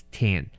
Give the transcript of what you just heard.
ten